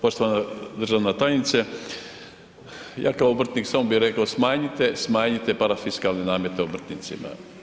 Poštovana državna tajnica, ja kao obrtnik samo bi rekao smanjite, smanjite parafiskalne namete obrtnicima.